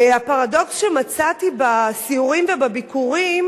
הפרדוקס שמצאתי בסיורים ובביקורים,